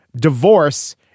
divorce